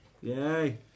Yay